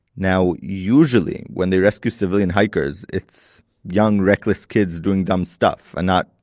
now, usually when they rescue civilian hikers it's young reckless kids doing dumb stuff, and not,